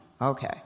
Okay